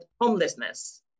homelessness